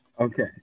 Okay